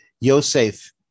Yosef